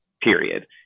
period